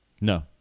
no